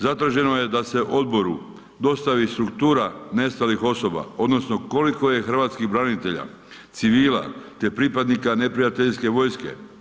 Zatraženo je da su odboru dostavi struktura nestalih osoba, odnosno koliko je hrvatskih branitelja, civila te pripadnika neprijateljske vojske.